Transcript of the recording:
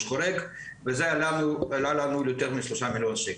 חורג וזה עלה לנו יותר מ-3 מיליון שקלים.